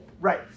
Right